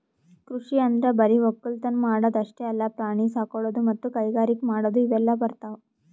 ಕೃಷಿ ಅಂದ್ರ ಬರಿ ವಕ್ಕಲತನ್ ಮಾಡದ್ ಅಷ್ಟೇ ಅಲ್ಲ ಪ್ರಾಣಿ ಸಾಕೊಳದು ಮತ್ತ್ ಕೈಗಾರಿಕ್ ಮಾಡದು ಇವೆಲ್ಲ ಬರ್ತವ್